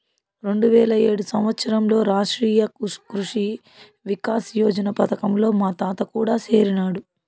రెండువేల ఏడు సంవత్సరంలో రాష్ట్రీయ కృషి వికాస్ యోజన పథకంలో మా తాత కూడా సేరినాడు